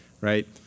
right